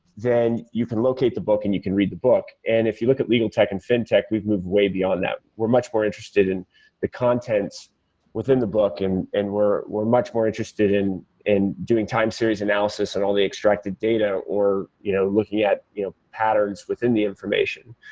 then you can locate the book and you can read the book. if you look at legal tech and fin tech, we've moved way beyond that. we're much more interested in the contents within the book and and we're we're much more interested in in doing time series analysis on all the extracted data or you know looking at you know patterns within the information.